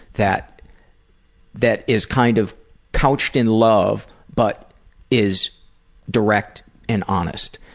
that that is kind of couched in love but is direct and honest.